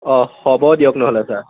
অঁ হ'ব দিয়ক নহ'লে ছাৰ